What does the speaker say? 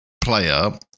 player